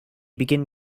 begin